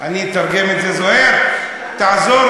אנחנו זזים